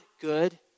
good